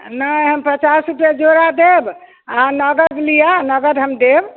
नहि हम पचास रूपए जोड़ा देब अहाँ नगद लिअ नगद हम देब